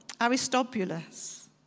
Aristobulus